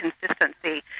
consistency